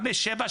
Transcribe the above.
חה"כ אוסאמה,